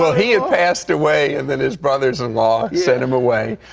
so he had passed away, and then his brothers-in-law sent him away.